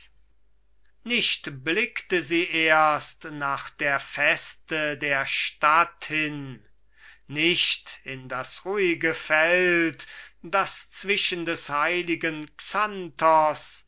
nicht blickte sie erst nach der veste der stadt hin nicht in das ruhige feld daß zwischen des heiligen xanthos